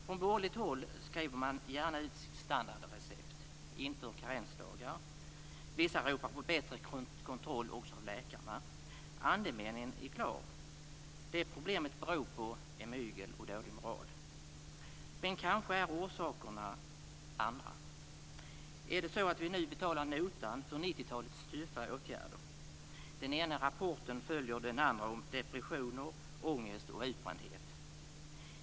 Från borgerligt håll skriver man gärna ut standardreceptet att införa karensdagar, och vissa ropar också på bättre kontroll av läkarna. Andemeningen är klar: Det som problemet beror på är mygel och dålig moral. Men kanske är orsakerna andra. Är det så att vi nu betalar notan för 90-talets tuffa åtgärder? Vi får den ena rapporten efter den andra om depressioner, ångest och utbrändhet.